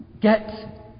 Get